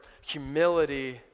humility